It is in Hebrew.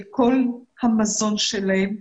את כל המזון שלהם,